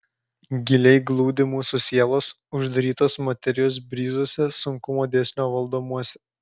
giliai glūdi mūsų sielos uždarytos materijos bryzuose sunkumo dėsnio valdomuose